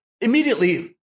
immediately